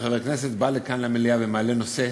חבר כנסת בא לכאן למליאה ומעלה נושא,